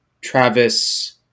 travis